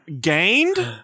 Gained